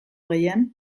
gehien